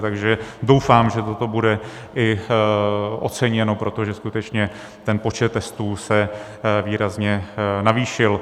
Takže doufám, že toto bude i oceněno, protože skutečně ten počet testů se výrazně navýšil.